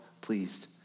pleased